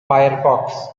firefox